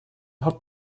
hot